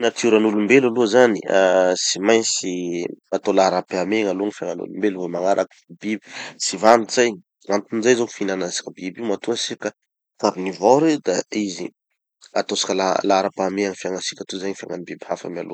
Gny natioran'olo aloha zany, ah tsy maintsy atao laharam-pahameha aloha gny fiaignan'olom-belo vo magnaraky gny biby. Tsy vandy zay! Gn'anton'izay zao fihinanatsika biby io. Matoa sika carnivore da izy ataotsika laharam-pahameha gny fiaignatsika tozay gny fiaignan'ny biby hafa mialoha.